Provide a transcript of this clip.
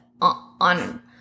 on